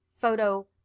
photo